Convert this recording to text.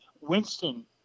Winston